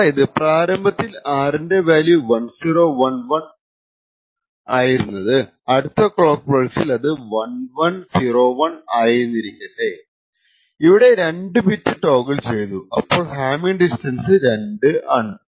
അതായതു പ്രാരംഭത്തിൽ R ന്റെ വാല്യൂ 1011 ഉം അടുത്ത ക്ലോക്ക് പൾസിൽ അത് 1101 ആയെന്നിരിക്കട്ടെ ഇവിടെ രണ്ടു ബിറ്റ് ടോഗ്ൾ ചെയ്തു അപ്പോൾ ഹാമ്മിങ് ഡിസ്റ്റൻസ് 2 ആണ്